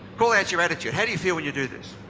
call that your attitude. how do you feel when you do this?